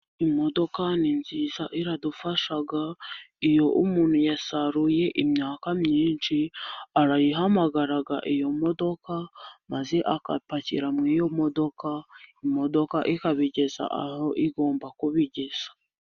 Imodoka ni nziza iradufasha. Iyo umuntu yasaruye imyaka myinshi, arayihamagara iyo modoka, maze agapakira muri iyo modoka, imodoka ikabigeza aho igomba kubigeza.